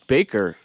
Baker